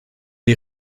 die